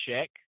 check